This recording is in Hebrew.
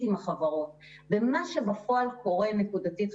עם החברות ומה שבפועל קורה נקודתית,